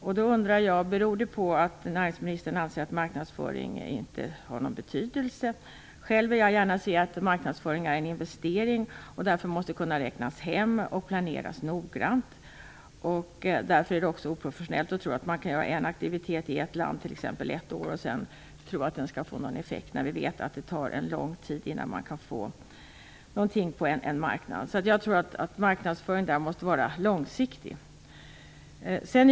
Anser näringsministern att marknadsföring inte har någon betydelse? Själv vill jag gärna se marknadsföring som en investering. Den måste därför planeras noggrant. Det är oprofessionellt att tro att det skall ge någon effekt att ha en aktivitet i ett land i t.ex. ett år. Vi vet att sådant här tar lång tid. Jag tror att marknadsföring måste ske långsiktigt.